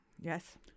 Yes